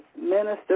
Minister